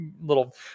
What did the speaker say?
little